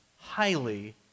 Highly